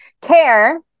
care